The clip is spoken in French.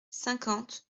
cinquante